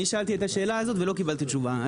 אני שאלתי את השאלה הזאת ולא קיבלתי תשובה.